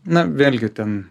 na vėlgi ten